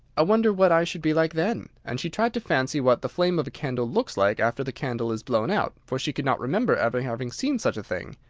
i wonder what i should be like then? and she tried to fancy what the flame of a candle looks like after the candle is blown out, for she could not remember ever having seen such a thing.